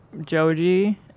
Joji